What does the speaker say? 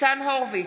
ניצן הורוביץ,